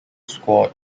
scored